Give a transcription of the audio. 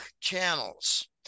channels